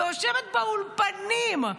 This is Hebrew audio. שיושבת באולפנים,